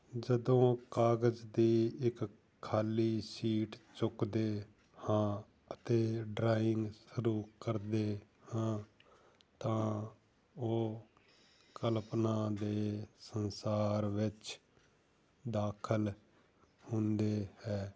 ਜਦੋਂ ਕਾਗਜ਼ ਦੀ ਇੱਕ ਖਾਲੀ ਸ਼ੀਟ ਚੁੱਕਦੇ ਹਾਂ ਅਤੇ ਡਰਾਇੰਗ ਸ਼ੁਰੂ ਕਰਦੇ ਹਾਂ ਤਾਂ ਉਹ ਕਲਪਨਾ ਦੇ ਸੰਸਾਰ ਵਿੱਚ ਦਾਖਲ ਹੁੰਦੇ ਹੈ